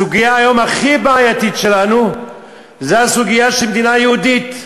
הסוגיה הכי בעייתית שלנו היום זו הסוגיה של מדינה יהודית.